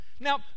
Now